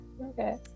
okay